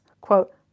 quote